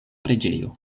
preĝejo